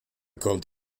kommt